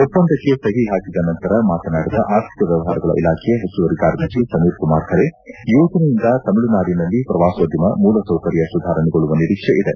ಒಪ್ಪಂದಕ್ಷೆ ಸಹಿ ಹಾಕಿದ ನಂತರ ಮಾತನಾಡಿದ ಆರ್ಥಿಕ ವ್ವವಹಾರಗಳ ಇಲಾಖೆಯ ಹೆಚ್ಚುವರಿ ಕಾರ್ಯದರ್ಶಿ ಸಮೀರ್ ಕುಮಾರ್ ಖರೆ ಯೋಜನೆಯಿಂದ ತಮಿಳುನಾಡಿನಲ್ಲಿ ಪ್ರವಾಸೋದ್ದಮ ಮೂಲಸೌಕರ್ಯ ಸುಧಾರಣೆಗೊಳ್ಳುವ ನಿರೀಕ್ಷೆ ಇದೆ